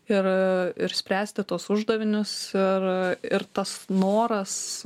ir ir spręsti tuos uždavinius ir ir tas noras